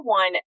one